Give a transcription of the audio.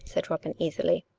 said robin easily.